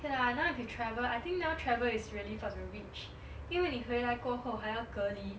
okay lah now if you travel I think now travel is really cause you rich 因为妳回来过后还要隔离